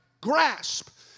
grasp